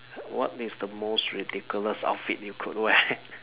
what is the most ridiculous outfit you could wear